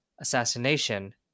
assassination